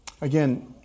Again